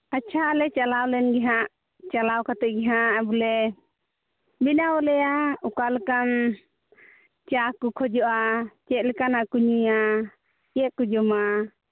ᱟᱪᱪᱷᱟ ᱞᱮ ᱪᱟᱞᱟᱣ ᱞᱮᱱ ᱜᱮᱦᱟᱸᱜ ᱪᱟᱞᱟᱣ ᱠᱟᱛᱮᱫ ᱜᱮ ᱦᱟᱸᱜ ᱵᱚᱞᱮ ᱵᱮᱱᱟᱣ ᱟᱞᱮᱭᱟ ᱚᱠᱟ ᱞᱮᱠᱟᱱ ᱪᱟ ᱠᱚ ᱠᱷᱚᱡᱚᱜᱼᱟ ᱪᱮᱫ ᱞᱮᱠᱟᱱᱟᱜ ᱠᱚ ᱧᱩᱭᱟ ᱪᱮᱫ ᱠᱚ ᱡᱚᱢᱟ